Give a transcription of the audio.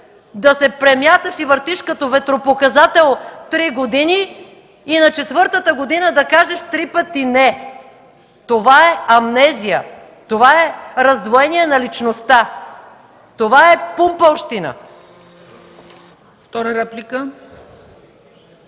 да се премяташ и въртиш като ветропоказател три години и на четвъртата година да кажеш три пъти „не”. Това е амнезия, това е раздвоение на личността, това е пумпалщина.